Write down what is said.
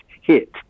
hit